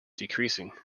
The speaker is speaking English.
decreasing